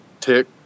tick